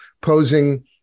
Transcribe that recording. posing